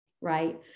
right